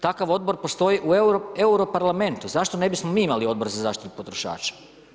Takav odbor postoji u Europarlamentu, zašto ne bi smo mi imali odbor za zaštitu potrošača?